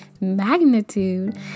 magnitude